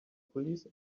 police